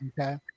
Okay